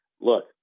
look